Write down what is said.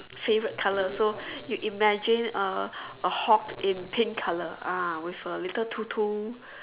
favorite color so you imagine a Hulk in pink color ah with a little to to